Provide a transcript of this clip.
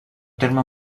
terme